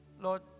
Lord